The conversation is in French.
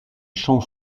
champ